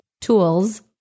Tools